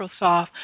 Microsoft